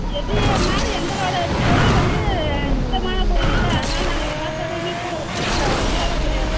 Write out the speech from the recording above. எது ஏறினாலும் எங்களோடய இது பொருள் வந்து சுத்தமான பொருள்ல்லே அதனால நாங்கள் எல்லாத்தோடேயுமே கூட வச்சு விற்கிறோம் ஒன்றும் தப்பு கிடையாது